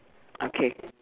okay